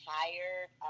tired